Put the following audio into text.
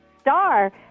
STAR